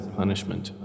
punishment